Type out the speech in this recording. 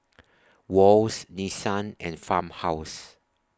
Wall's Nissan and Farmhouse